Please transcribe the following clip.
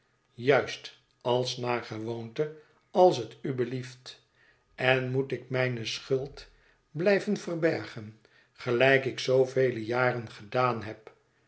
juist als naar gewoonte als het u belieft en moet ik mijne schuld blijven verbergen gelijk ik zoovele jaren gedaan heb